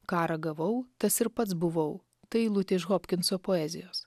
ką ragavau tas ir pats buvau tai eilutė iš hopkinso poezijos